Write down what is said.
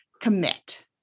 commit